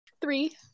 Three